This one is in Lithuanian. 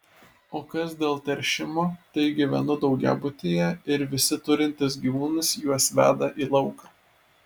o kas dėl teršimo tai gyvenu daugiabutyje ir visi turintys gyvūnus juos veda į lauką